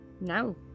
No